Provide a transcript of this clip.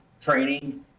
training